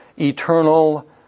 eternal